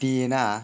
देना